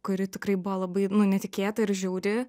kuri tikrai buvo labai nu netikėta ir žiauri